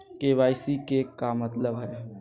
KYC के का मतलब हई?